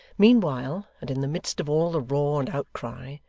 meanwhile, and in the midst of all the roar and outcry,